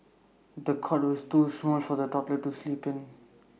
the cot was too small for the toddler to sleep in